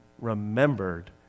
remembered